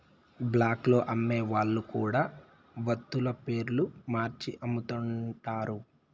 black లో అమ్మే వాళ్ళు కూడా వత్తుల పేర్లు మార్చి అమ్ముతుంటారు